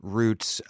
roots